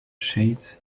shades